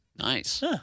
Nice